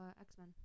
X-Men